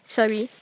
Sorry